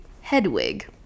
Hedwig